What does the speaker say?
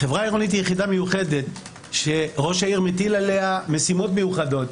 חברה עירונית היא יחידה מיוחדת שראש העיר מטיל עליה משימות מיוחדות.